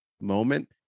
moment